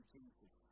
Jesus